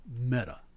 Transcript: meta